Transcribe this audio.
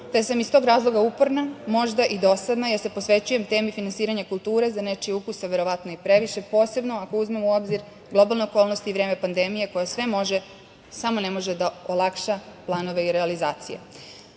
te sam iz tog razloga uporna, možda i dosadna jer se posvećujem temi finansiranja kulture, za nečije ukuse verovatno i previše, posebno ako uzmemo u obzir globalne okolnosti i vreme pandemije koje sve može, samo ne može da olakša planove i realizacije.U